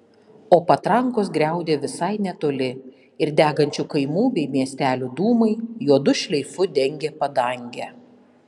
o patrankos griaudė visai netoli ir degančių kaimų bei miestelių dūmai juodu šleifu dengė padangę